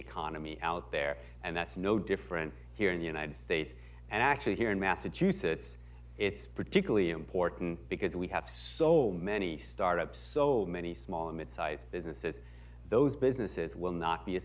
economy out there and that's no different here in the united states and actually here in massachusetts it's particularly important because we have so many startups so many small and midsize businesses those businesses will not be a